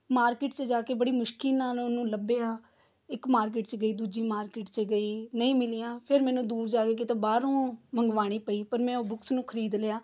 market 'ਚ ਜਾ ਕੇ ਬੜੀ ਮੁਸ਼ਕਿਲ ਨਾਲ ਉਹਨੂੰ ਲੱਭਿਆ ਇੱਕ ਮਾਰਕੀਟ 'ਚ ਗਈ ਦੂਜੀ ਮਾਰਕੀਟ 'ਚ ਗਈ ਨਹੀਂ ਮਿਲੀਆਂ ਫਿਰ ਮੈਨੂੰ ਦੂਰ ਜਾ ਕੇ ਕਿਤੇ ਬਾਹਰੋਂ ਮੰਗਵਾਉਣੀ ਪਈ ਪਰ ਮੈਂ ਉਹ ਬੁੱਕਸ ਨੂੰ ਖਰੀਦ ਲਿਆ